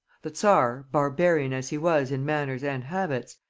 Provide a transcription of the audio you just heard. the czar, barbarian as he was in manners and habits,